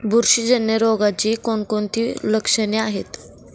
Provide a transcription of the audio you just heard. बुरशीजन्य रोगाची कोणकोणती लक्षणे आहेत?